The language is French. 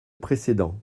précédent